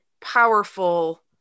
powerful